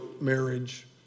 marriage